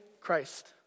Christ